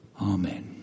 Amen